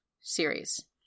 series